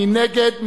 מי נגד?